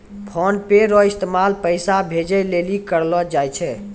PhonePe रो इस्तेमाल पैसा भेजे लेली करलो जाय छै